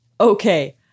Okay